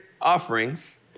offerings